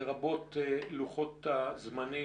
ומה לוחות הזמנים.